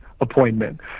appointment